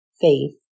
faith